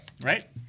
Right